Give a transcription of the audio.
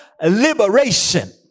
liberation